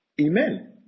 Amen